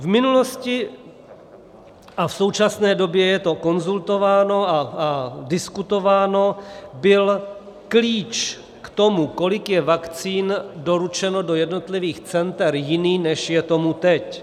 V minulosti, a v současné době je to konzultováno a diskutováno, byl klíč k tomu, kolik je vakcín doručeno do jednotlivých center, jiný, než je tomu teď.